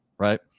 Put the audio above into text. Right